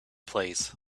place